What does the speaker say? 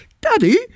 Daddy